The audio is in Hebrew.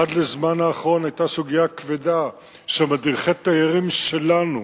עד לזמן האחרון היתה סוגיה כבדה שמדריכי תיירים שלנו